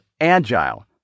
agile